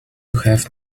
have